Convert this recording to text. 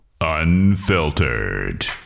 Unfiltered